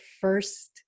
first